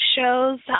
shows